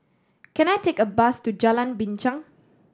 can I take a bus to Jalan Binchang